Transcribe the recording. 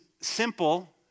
simple